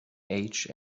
age